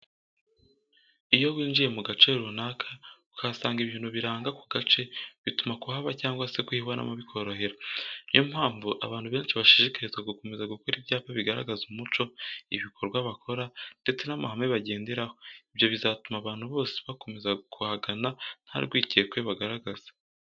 Iyo winjiye mu gace runaka, ukahasanga ibintu biranga ako gace bituma kuhaba cyangwa se kuhibonamo bikorohera. Ni yo mpamvu abantu benshi bashishikarizwa gukomeza gukora ibyapa bigaragaza umuco, ibikorwa bakora, ndetse n'amahame bagenderaho. Ibyo bizatuma abantu bose bakomeza kuhagana nta rwikekwe bagaragaza.